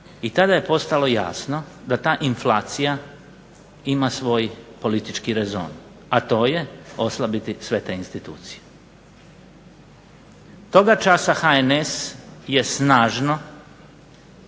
i tada je postalo jasno da ta inflacija ima svoj politički rezon, a to je oslabiti sve te institucije. Toga časa HNS je snažno